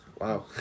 wow